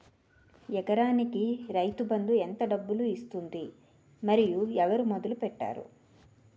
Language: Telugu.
ఎకరానికి రైతు బందు ఎంత డబ్బులు ఇస్తుంది? మరియు ఎవరు మొదల పెట్టారు?